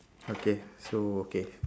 okay so okay